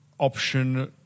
Option